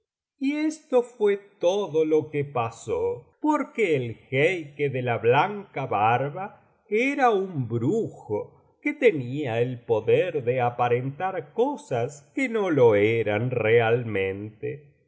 y esto fué todo lo que pasó porque el jeique de la blanca barba era un brujo que tenía el poder de aparentar cosas que no lo eran realmente